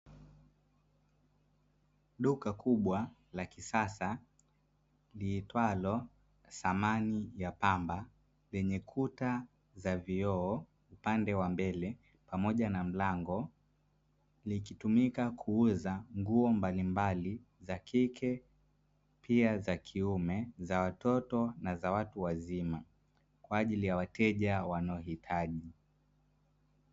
Duka kubwa la kisasa liitwalo samani ya pamba yenye kuta za vioo upande wa mbele pamoja na mlango, likitumika kuuza nguo mbalimbali za kike pia za kiume za watoto na za watu wazima kwa ajili ya wateja wanaohitaji.